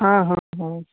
हँ हँ हँ